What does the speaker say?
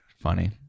Funny